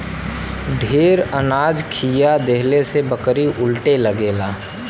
ढेर अनाज खिया देहले से बकरी उलटे लगेला